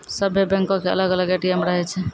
सभ्भे बैंको के अलग अलग ए.टी.एम रहै छै